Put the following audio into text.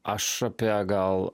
aš apie gal